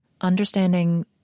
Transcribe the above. understanding